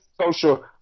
social